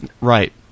Right